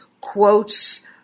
quotes